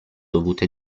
dovute